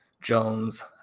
jones